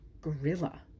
gorilla